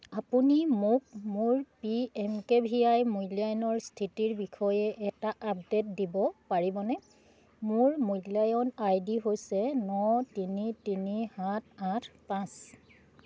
আপুনি মোক মোৰ P M K V Y মূল্যায়নৰ স্থিতিৰ বিষয়ে এটা আপডে'ট দিব পাৰিবনে মোৰ মূল্যায়ন আই ডি হৈছে ন তিনি তিনি সাত আঠ পাঁচ